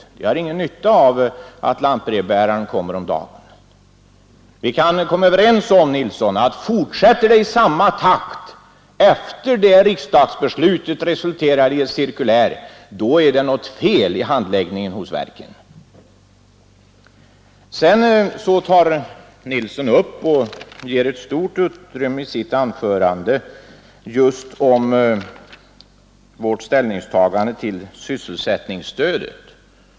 De har ingen nytta av att lantbrevbäraren kommer. Vi kan väl vara överens om, herr Nilsson, att fortsätter det i samma takt efter det att riksdagsbeslutet resulterat i ett cirkulär så är det något fel i handläggningen hos verken. Sedan ger herr Nilsson i Östersund stort utrymme i sitt anförande åt vårt ställningstagande till sysselsättningsstödet.